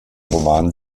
roman